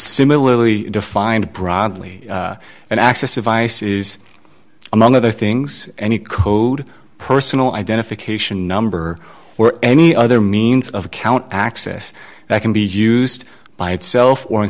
similarly defined broadly and access advice is among other things any code personal identification number or any other means of account access that can be used by itself or in